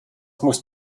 musst